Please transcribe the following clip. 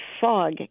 fog